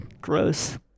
Gross